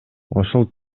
ошол